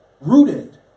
rooted